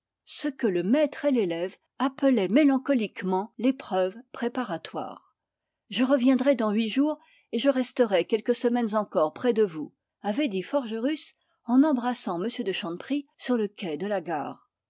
ce que le maître et l'élève appelaient mélancoliquement l'épreuve préparatoire je reviendrai dans huit jours et je resterai quelques semaines encore près de vous avait dit forgerus en embrassant m de chanteprie sur le quai de la gare